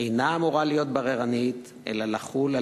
אינה אמורה להיות בררנית אלא לחול על